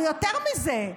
ויותר מזה,